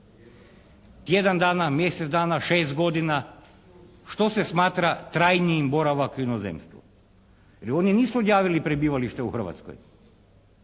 Tjedan dana, mjesec dana, šest godina, što se smatra tajniji boravak u inozemstvu? Jer oni nisu odjavili prebivalište u Hrvatskoj,